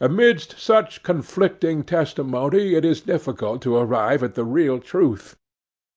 amidst such conflicting testimony it is difficult to arrive at the real truth